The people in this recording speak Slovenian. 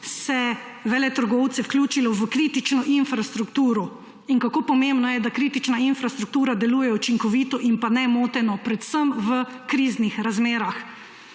se veletrgovce vključilo v kritično infrastrukturo, in kako pomembno je, da kritična infrastruktura deluje učinkovito in nemoteno predvsem v kriznih razmerah.